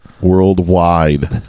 Worldwide